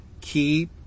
Keep